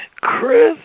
Chris